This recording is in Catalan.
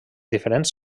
diferents